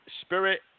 Spirit